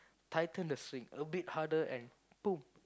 tighten the string a bit harder and boom